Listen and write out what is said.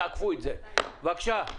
לא תהיה היום הצבעה.